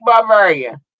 Bavaria